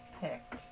picked